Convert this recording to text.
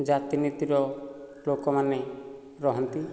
ଜାତିନୀତିର ଲୋକମାନେ ରହନ୍ତି